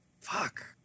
Fuck